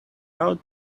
out